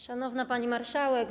Szanowna Pani Marszałek!